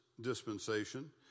dispensation